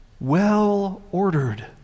well-ordered